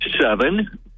Seven